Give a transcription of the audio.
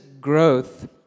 growth